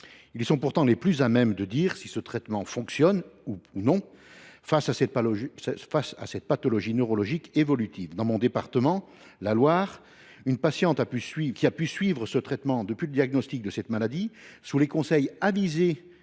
Ils sont pourtant les plus à même de dire si ce traitement fonctionne ou non face à cette pathologie neurologique évolutive. Dans le département de la Loire, une patiente qui a suivi ce traitement depuis le diagnostic de cette maladie, sur les conseils avisés